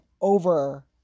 over